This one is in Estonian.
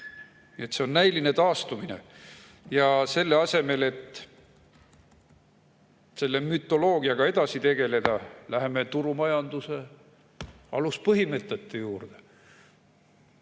See on näiline taastumine. Selle asemel, et selle mütoloogiaga edasi tegeleda, läheme turumajanduse aluspõhimõtete juurde.